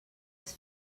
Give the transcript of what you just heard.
les